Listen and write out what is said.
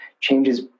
changes